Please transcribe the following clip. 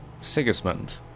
Sigismund